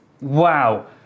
Wow